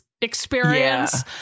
experience